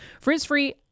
Frizz-free